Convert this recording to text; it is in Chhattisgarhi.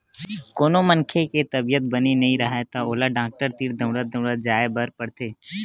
कोनो मनखे के तबीयत बने नइ राहय त ओला डॉक्टर तीर दउड़ दउड़ के जाय बर पड़थे